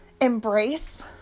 embrace